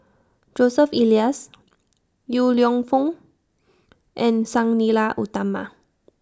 Joseph Elias Yong Lew Foong and Sang Nila Utama